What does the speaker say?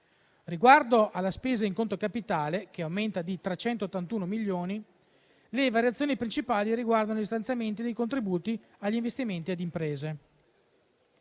Riguardo alla spesa in conto capitale, che aumenta di 381 milioni, le variazioni principali riguardano gli stanziamenti dei contributi agli investimenti ad imprese.